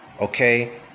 Okay